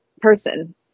person